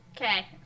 Okay